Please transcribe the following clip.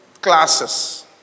classes